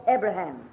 Abraham